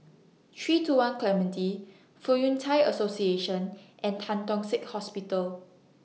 three two one Clementi Fong Yun Thai Association and Tan Tock Seng Hospital